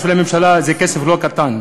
בשביל הממשלה זה כסף לא קטן,